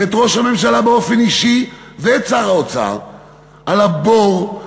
ואת ראש הממשלה באופן אישי ואת שר האוצר על הבור,